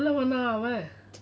நல்லவனாஅவன்:nallavana avan